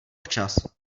včas